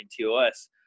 TOS